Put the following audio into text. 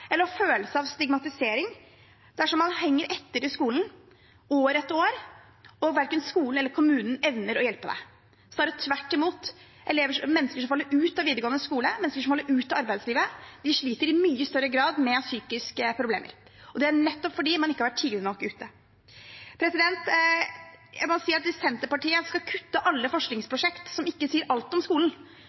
eller følelse av stigmatisering dersom man henger etter i skolen år etter år og verken skolen eller kommunen evner å hjelpe deg. Snarere tvert imot, mennesker som faller ut av videregående skole, og mennesker som faller ut av arbeidslivet, sliter i mye større grad med psykiske problemer, og det er nettopp fordi man ikke har vært tidlig nok ute. Jeg må si at hvis Senterpartiet skal kutte alle forskningsprosjekter som ikke sier alt om skolen,